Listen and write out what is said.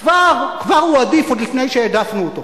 כבר הוא עדיף לפני שהעדפנו אותו,